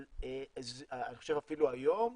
אני חושב אפילו היום,